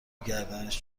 گردنش